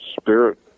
spirit